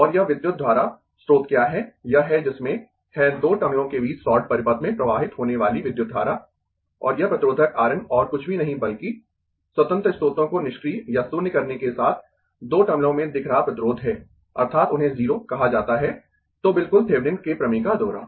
और यह विद्युत धारा स्रोत क्या है यह है जिसमें है दो टर्मिनलों के बीच शॉर्ट परिपथ में प्रवाहित होने वाली विद्युत धारा और यह प्रतिरोधक R N और कुछ भी नहीं बल्कि स्वतंत्र स्रोतों को निष्क्रिय या शून्य करने के साथ दो टर्मिनलों में दिख रहा प्रतिरोध है अर्थात् उन्हें 0 कहा जाता है तो बिल्कुल थेविनिन के प्रमेय का दोहरा